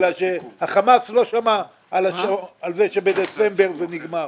החמאס לא שמע על כך שבדצמבר היא מסתיימת.